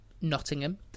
Nottingham